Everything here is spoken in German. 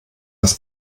das